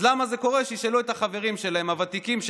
אז שישאלו את החברים הוותיקים שלהם,